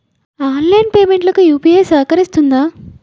online payment లకు UPI సహకరిస్తుంది